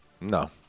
No